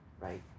right